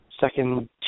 second